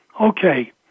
okay